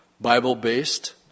Bible-based